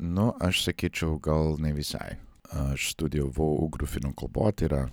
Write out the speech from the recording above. nu aš sakyčiau gal ne visai aš studijavau ugrų finų kalbotyrą